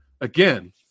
Again